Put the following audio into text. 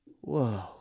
Whoa